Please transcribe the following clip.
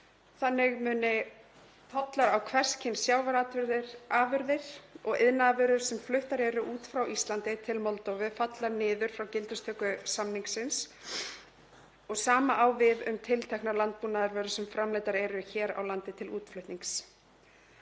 Þannig muni tollar á hvers kyns sjávarafurðir og iðnaðarvörur, sem fluttar eru út frá Íslandi til Moldóvu, falla niður frá gildistöku samningsins og sama á við um tilteknar landbúnaðarvörur sem framleiddar eru hér á landi til útflutnings.